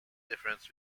difference